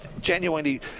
Genuinely